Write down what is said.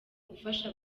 gufasha